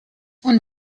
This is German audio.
und